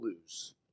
lose